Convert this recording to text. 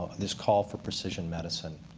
this call for precision medicine.